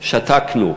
שתקנו,